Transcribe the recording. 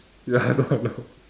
ya I know I know